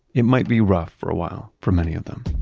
it might be rough for a while for many of them